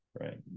right